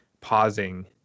pausing